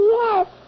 yes